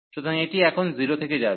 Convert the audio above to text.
সুতরাং এটি এখন 0 থেকে যাবে